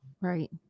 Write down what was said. Right